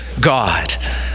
God